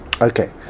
okay